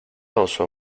also